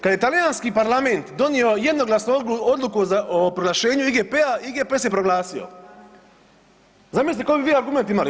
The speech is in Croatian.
Kada je talijanski parlament donio jednoglasnu odluku za proglašenju IGP-a, IGP se proglasio, zamislite koji bi vi argument imali.